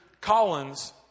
Collins